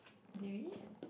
did we